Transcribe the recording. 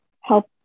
help